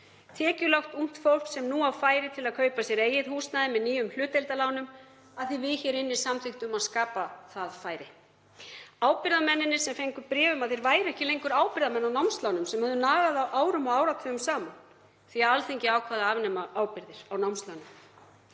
Tekjulágt ungt fólk sem nú á færi til að kaupa sér eigið húsnæði með nýjum hlutdeildarlánum, af því að við hér inni samþykktum að skapa það færi. Ábyrgðarmennirnir sem fengu bréf um að þeir væru ekki lengur ábyrgðarmenn á námslánum sem höfðu nagað þá árum og áratugum saman — því að Alþingi ákvað að afnema ábyrgðir á námslánum.